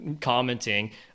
commenting